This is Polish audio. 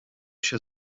się